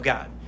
God